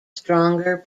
stronger